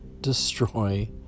destroy